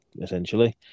essentially